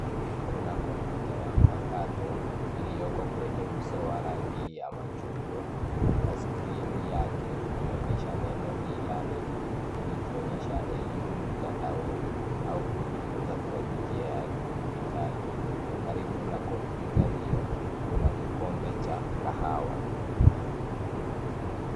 Kuna kompyuta ya mpakato iliyoko kwenye uso wa rangi ya machungwa na skrini yake inaonyesha neno e-learning likionyesha elimu mtandaoni au kujifunza kwa njia ya kidijitali. Karibu na kompyuta hiyo kuna kikombe cha kahawa.